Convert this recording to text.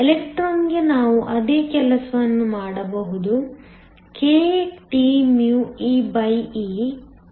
ಎಲೆಕ್ಟ್ರಾನ್ಗೆ ನಾವು ಅದೇ ಕೆಲಸವನ್ನು ಮಾಡಬಹುದು kTee ಇದು 34